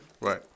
Right